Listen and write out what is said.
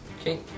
Okay